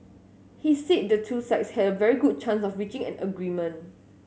he said the two sides had a very good chance of reaching an agreement